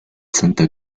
santa